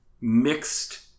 mixed